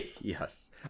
Yes